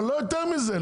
אבל לא יותר מזה.